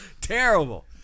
Terrible